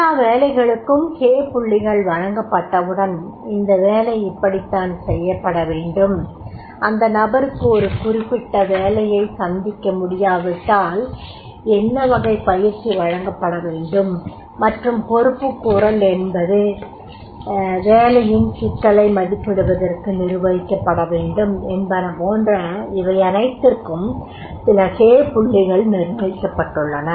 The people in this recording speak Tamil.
எல்லா வேலைகளுக்கும் ஹே புள்ளிகள் வழங்கப்பட்டவுடன் இந்த வேலை இப்படித்தான் செய்யப்பட வேண்டும் அந்த நபருக்கு ஒரு குறிப்பிட்ட வேலையைச் சந்திக்க முடியாவிட்டால் என்ன வகை பயிற்சி வழங்கப்பட வேண்டும் மற்றும் பொறுப்புக்கூறல் என்பது வேலையின் சிக்கலை மதிப்பிடுவதற்கு நிர்வகிக்கப்பட வேண்டும் என்பன போன்ற இவையனைத்திற்கும் சில ஹே புள்ளிகள் நிர்ணயிக்கப்பட்டுள்ளன